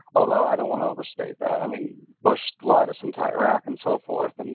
although i don't want to overstate that. i mean, bush lied us into iraq, and so forth. and